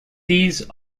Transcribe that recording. these